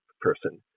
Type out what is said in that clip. person